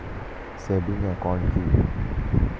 Savings account কি?